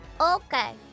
Okay